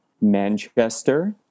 Manchester